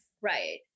right